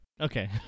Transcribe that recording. okay